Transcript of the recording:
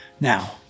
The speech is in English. Now